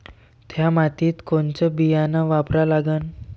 थ्या मातीत कोनचं बियानं वापरा लागन?